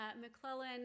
McClellan